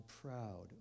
proud